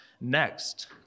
next